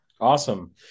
Awesome